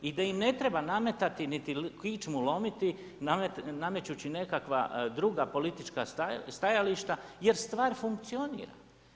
I da im ne treba nametati niti kičmu lomiti, namećući nekakva druga politička stajališta jer stvar funkcionira.